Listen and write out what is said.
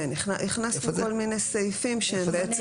כן, הכנסנו כל מיני סעיפים שהם בעצם